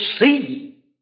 see